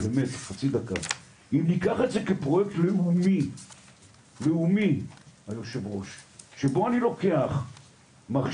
אם ניקח את זה כפרויקט לאומי שבו אני לוקח אנשים,